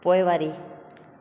पोइवारी